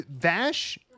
vash